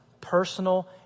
personal